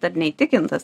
dar neįtikintas